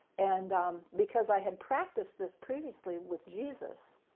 and because i had practiced this previously with jesus,